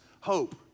hope